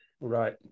right